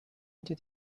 did